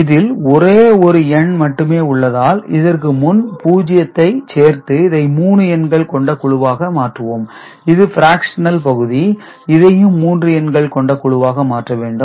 இதில் ஒரே ஒரு எண் மட்டுமே உள்ளதால் இதற்கு முன் 0 வை சேர்த்து இதை 3 எண்கள் கொண்ட குழுவாக மாற்றுவோம் இது பிராக்சனல் பகுதி இதையும் மூன்று எண்கள் கொண்ட குழுவாக மாற்றவேண்டும்